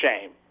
shame